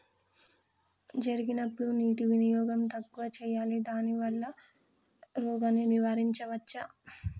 జరిగినప్పుడు నీటి వినియోగం తక్కువ చేయాలి దానివల్ల రోగాన్ని నివారించవచ్చా?